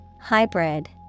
Hybrid